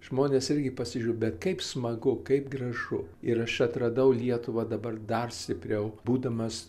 žmonės irgi pasižiūriu bet kaip smagu kaip gražu ir aš atradau lietuvą dabar dar stipriau būdamas